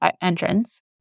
entrance